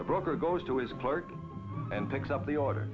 the broker goes to his clerk and picks up the order